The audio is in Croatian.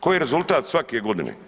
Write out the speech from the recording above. Koji je rezultat svake godine?